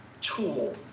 tool